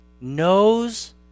knows